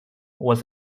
was